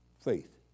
faith